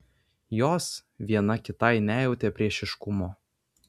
jos viena kitai nejautė priešiškumo